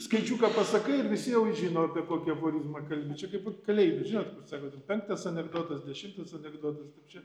skaičiuką pasakai ir visi jau žino apie kokį aforizmą kalbi čia kaip kalėjime žinot sako ten penktas anekdotas dešimtas anekdotas tai čia